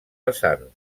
vessant